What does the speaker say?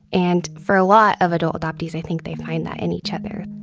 and for a lot of adult adoptees, i think they find that in each other